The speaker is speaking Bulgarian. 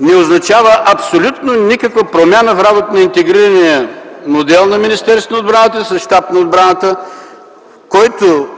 не означава абсолютно никаква промяна в работата на интегрирания модел на Министерството на отбраната с щаб на отбраната, който